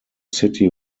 city